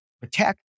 protect